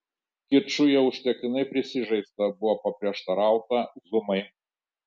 kiču jau užtektinai prisižaista buvo paprieštarauta zumai